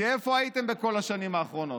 כי איפה הייתם בכל השנים האחרונות?